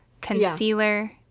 concealer